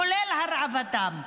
כולל הרעבתם.